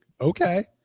okay